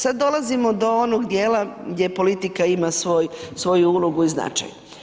Sada dolazimo do onog dijela gdje politika ima svoju ulogu i značaj.